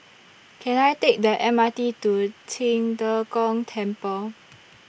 Can I Take The M R T to Qing De Gong Temple